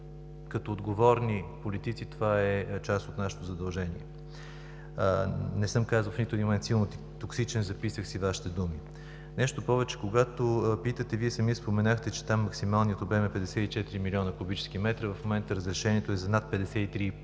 като отговорни политици това е част от нашето задължение. Не съм казал в нито един момент „силно токсичен“ - записах си Вашите думи. Нещо повече, когато питате, Вие самият споменахте, че там максималният обем е 54 милиона кубически метра. В момента разрешението е за над 53